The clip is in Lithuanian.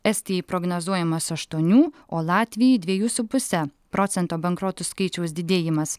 estijai prognozuojamas aštuonių o latvijai dviejų su puse procento bankrotų skaičiaus didėjimas